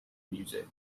music